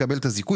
מקבל את הזיכוי,